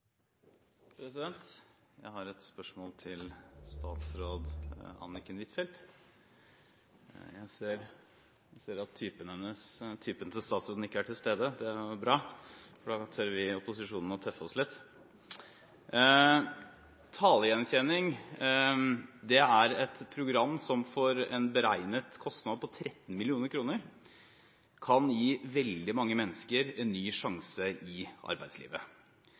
hovedspørsmål. Jeg har et spørsmål til statsråd Anniken Huitfeldt. Jeg ser at «Typen til» statsråden ikke er til stede, og det er bra, for da tør vi i opposisjonen å tøffe oss litt! Talegjenkjenning er et program som for en beregnet kostnad på 13 mill. kr kan gi veldig mange mennesker en ny sjanse i arbeidslivet.